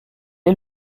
est